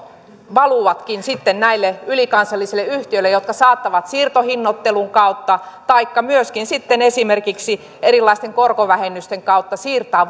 valuvatkin sitten näille ylikansallisille yhtiöille jotka saattavat siirtohinnoittelun kautta taikka myöskin sitten esimerkiksi erilaisten korkovähennysten kautta siirtää